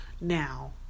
now